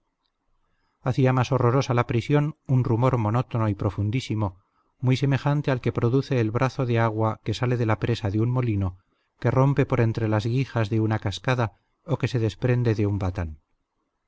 hacía más horrorosa la prisión un rumor monótono y profundísimo muy semejante al que produce el brazo de agua que sale de la presa de un molino que rompe por entre las guijas de una cascada o que se desprende de un batán